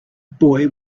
boy